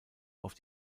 auf